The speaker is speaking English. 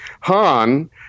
Han